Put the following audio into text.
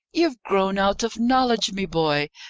ye've grown out of knowledge, me boy.